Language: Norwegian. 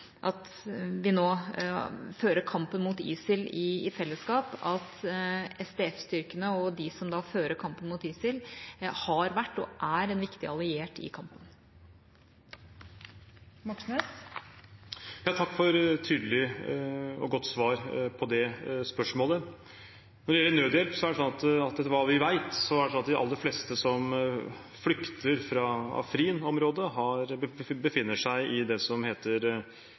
at vi nå fører kampen mot ISIL i fellesskap, at SDF-styrkene og de som fører kampen mot ISIL, har vært og er en viktig alliert i kampen. Takk for tydelig og godt svar på det spørsmålet. Når det gjelder nødhjelp, er det, etter hva vi vet, sånn at de aller fleste som flykter fra Afrin-området, befinner seg i det som heter